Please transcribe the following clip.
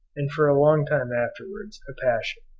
and for a long time afterwards, a passion.